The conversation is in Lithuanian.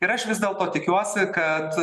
ir aš vis dėlto tikiuosi kad